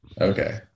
Okay